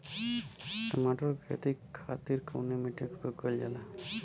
टमाटर क खेती खातिर कवने मिट्टी के उपयोग कइलजाला?